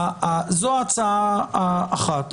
זו הצעה האחת.